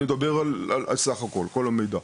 אני מדבר על סך הכל כל המידע,